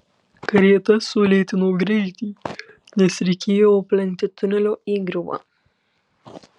karieta sulėtino greitį nes reikėjo aplenkti tunelio įgriuvą